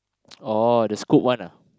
oh the scoop one ah